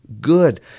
good